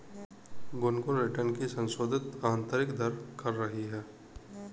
Gungun return की संशोधित आंतरिक दर कर रही है